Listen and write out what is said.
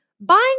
buying